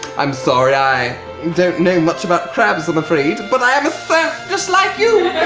i'm sorry, i don't know much about crabs, i'm afraid. but i am a serf just like you.